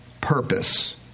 purpose